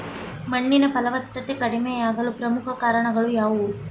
ಮಣ್ಣಿನ ಫಲವತ್ತತೆ ಕಡಿಮೆಯಾಗಲು ಪ್ರಮುಖ ಕಾರಣಗಳು ಯಾವುವು?